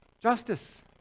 Justice